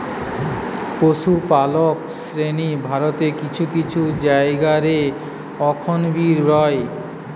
পশুপালক শ্রেণী ভারতের কিছু কিছু জায়গা রে অখন বি রয়